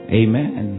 amen